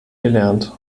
gelernt